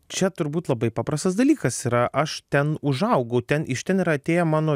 čia turbūt labai paprastas dalykas yra aš ten užaugau ten iš ten yra atėję mano